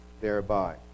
thereby